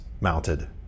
mounted